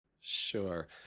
Sure